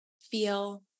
feel